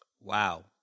Wow